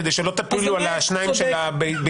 כדי שלא תפילו על השניים של הביתי.